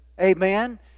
Amen